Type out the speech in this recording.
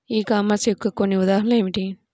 ఈ కామర్స్ యొక్క కొన్ని ఉదాహరణలు ఏమిటి?